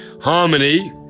Harmony